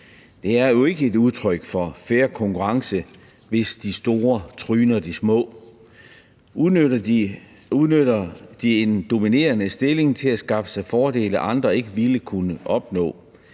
det er jo ikke et udtryk for fair konkurrence, hvis de store tryner de små. Udnytter de en dominerende stilling til at skaffe sig fordele, andre ikke ville kunne opnå,